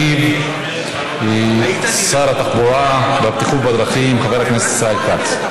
ישיב שר התחבורה והבטיחות בדרכים חבר הכנסת ישראל כץ,